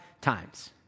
times